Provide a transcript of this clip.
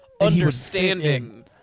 Understanding